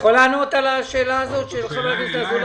על השאלה הזאת של חבר הכנסת אזולאי?